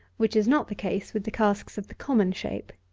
which is not the case with the casks of the common shape.